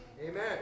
Amen